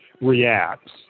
reacts